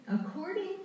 According